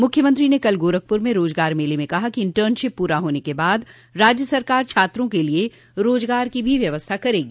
मुख्यमंत्री ने कल गोरखपुर में रोजगार मेले में कहा कि इंटर्नशिप पूरा होने के बाद राज्य सरकार छात्रों के लिये रोजगार की भी व्यवस्था करेगी